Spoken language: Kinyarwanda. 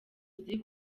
ziri